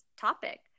topic